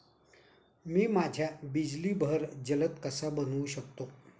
मी माझ्या बिजली बहर जलद कसा बनवू शकतो?